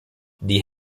die